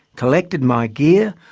collected my gear,